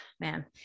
man